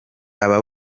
aba